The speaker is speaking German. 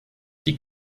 die